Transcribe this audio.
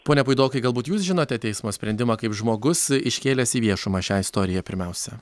pone puidokai galbūt jūs žinote teismo sprendimą kaip žmogus iškėlęs į viešumą šią istoriją pirmiausia